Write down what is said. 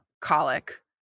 colic